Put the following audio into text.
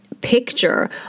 picture